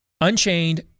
unchained